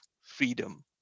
freedom